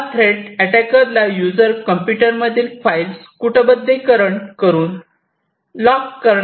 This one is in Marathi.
हा थ्रेट अटॅकरला यूजर कंप्यूटर मधील फाइल्स कूटबद्धीकरण करून लॉक करण्याचे फॅसिलिटी देतो